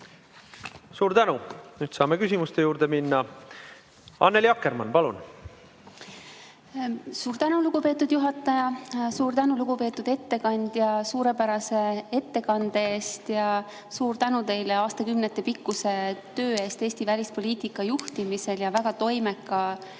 Suur tänu! Nüüd saame küsimuste juurde minna. Annely Akkermann, palun! Suur tänu, lugupeetud juhataja! Suur tänu, lugupeetud ettekandja, suurepärase ettekande eest ja suur tänu teile aastakümnetepikkuse töö eest Eesti välispoliitika juhtimisel ja väga toimekal